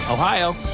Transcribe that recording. Ohio